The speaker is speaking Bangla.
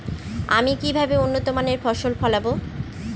আমি কিভাবে উন্নত মানের ফসল ফলাবো?